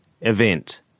Event